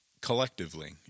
collectively